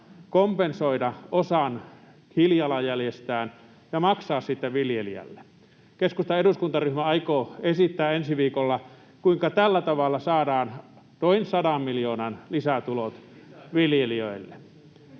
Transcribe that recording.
kompensoida osan hiilijalanjäljestään ja maksaa sitten viljelijälle. Keskustan eduskuntaryhmä aikoo esittää ensi viikolla, kuinka tällä tavalla saadaan noin 100 miljoonan lisätulot viljelijöille,